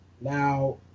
Now